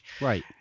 Right